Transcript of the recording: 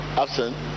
absent